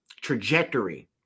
trajectory